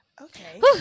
okay